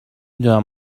دونم